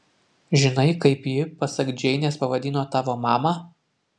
žinai kaip ji pasak džeinės pavadino tavo mamą